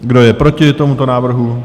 Kdo je proti tomuto návrhu?